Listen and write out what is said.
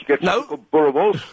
No